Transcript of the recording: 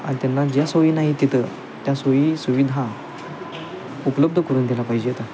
आणि त्यांना ज्या सोयी नाही तिथं त्या सोयी सुविधा उपलब्ध करून दिला पाहिजेत